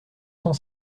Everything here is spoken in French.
cent